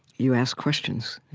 you ask questions,